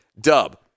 Dub